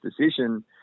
decision